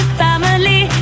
family